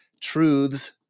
truths